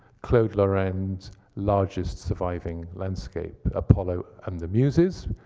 claude lorrain's largest surviving landscape, apollo and the muses,